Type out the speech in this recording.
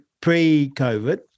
pre-COVID